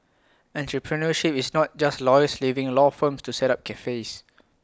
entrepreneurship is not just lawyers leaving law firms to set up cafes